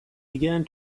began